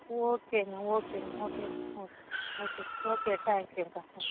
ஓகேங்க ஓகேங்க ஓகேங்க ஓகேங்க ஓகே ஓகே தேங்க்யூங்க ஓகே